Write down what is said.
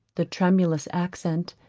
the tremulous accent,